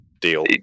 deal